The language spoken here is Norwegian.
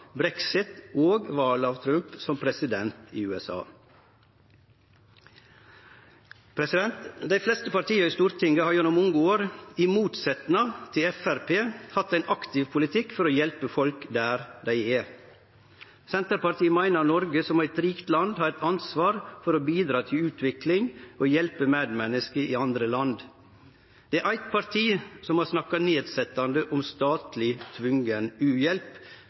og valet av Trump som president i USA. Dei fleste partia i Stortinget har gjennom mange år, i motsetnad til Framstegspartiet, hatt ein aktiv politikk for å hjelpe folk der dei er. Senterpartiet meiner Noreg som eit rikt land har eit ansvar for å bidra til utvikling og hjelpe medmenneske i andre land. Det er eitt parti som har snakka nedsetjande om «statleg tvungen